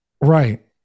Right